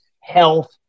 health